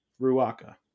Ruaka